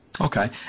Okay